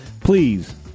please